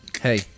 Hey